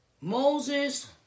Moses